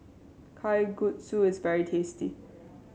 kalguksu is very tasty